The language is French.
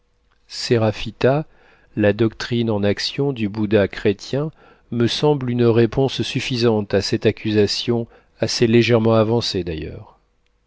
étrangement séraphita la doctrine en action du bouddha chrétien me semble une réponse suffisante à cette accusation assez légère avancée ailleurs